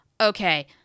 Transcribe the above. okay